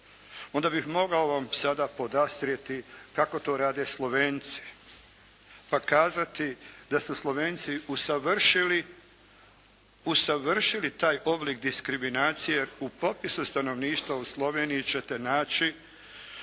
onda bih mogao vam sada podastrijeti kako to rade Slovenci pa kazati da su Slovenci usavršili taj oblik diskriminacije. U popisu stanovništva u Sloveniji ćete naći